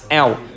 out